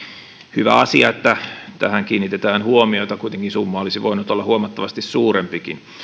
hyvä asia että tähän kiinnitetään huomiota kuitenkin summa olisi voinut olla huomattavasti suurempikin